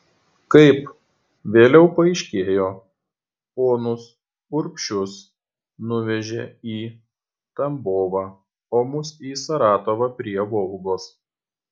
kaip vėliau paaiškėjo ponus urbšius nuvežė į tambovą o mus į saratovą prie volgos